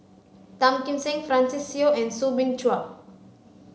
Tan Kim Seng Francis Seow and Soo Bin Chua